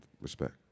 respect